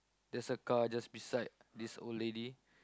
there's a car just beside this old lady